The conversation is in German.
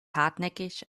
hartnäckig